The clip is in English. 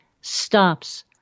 stops